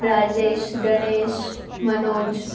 Rajesh Ganesh Manoj